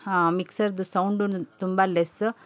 ಹಾಂ ಮಿಕ್ಸರ್ದು ಸೌಂಡುನು ತುಂಬ ಲೆಸ್